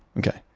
okay.